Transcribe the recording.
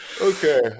Okay